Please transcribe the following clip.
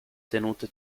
tenute